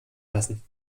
lassen